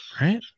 Right